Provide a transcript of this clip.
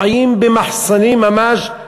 חיים במחסנים ממש.